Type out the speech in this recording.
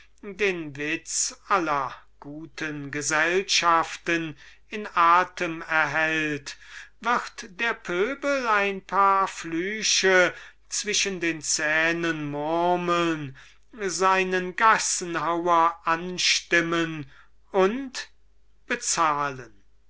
den witz aller guten gesellschaften im atem erhält wird der pöbel ein paar flüche zwischen den zähnen murmeln seinen gassenhauer anstimmen und bezahlen